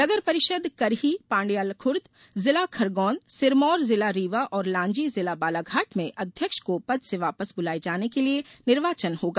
नगर परिषद् करही पांडल्याखुर्द जिला खरगोन सिरमोर जिला रीवा और लांजी जिला बालाघाट में अध्यक्ष को पद से वापस बुलाये जाने के लिए निर्वाचन होगा